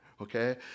Okay